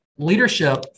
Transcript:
leadership